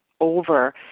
over